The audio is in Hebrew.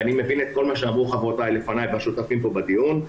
ואני מבין את כל מה שאמרו חברותיי לפניי והשותפים פה בדיון,